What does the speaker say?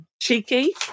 cheeky